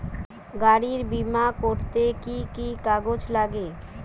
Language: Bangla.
গাড়ীর বিমা করতে কি কি কাগজ লাগে?